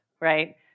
right